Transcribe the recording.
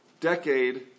decade